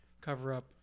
cover-up